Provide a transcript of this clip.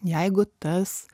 jeigu tas